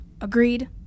Agreed